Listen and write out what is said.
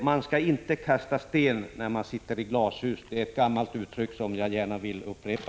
Man skall inte kasta sten när man sitter i glashus! Det är ett gammalt uttryck som jag här gärna vill upprepa.